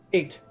Eight